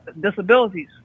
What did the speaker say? disabilities